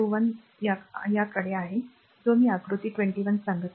21 आकडे आहे जो मी आकृती 21 सांगत आहे